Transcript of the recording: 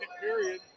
period